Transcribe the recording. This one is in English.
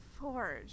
Forge